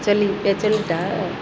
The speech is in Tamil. சொல்லி ஏ சொல்லிட்டா